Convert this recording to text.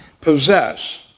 possess